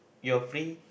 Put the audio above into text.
you're free